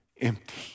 empty